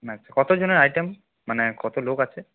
আচ্ছা কত জনের আইটেম মানে কত লোক আছে